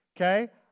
okay